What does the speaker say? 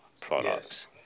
products